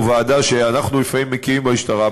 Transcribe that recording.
או ועדה שאנחנו לפעמים מקימים במשטרה,